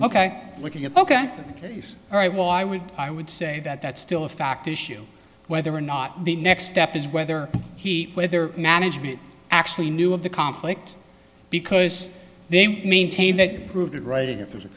ok looking at ok ok all right well i would i would say that that's still a fact issue whether or not the next step is whether he whether management actually knew of the conflict because they maintain that proved right if there's a